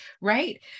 Right